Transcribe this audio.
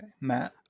Matt